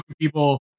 people